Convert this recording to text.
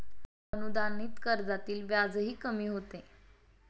अनुदानित कर्जातील व्याजही कमी होते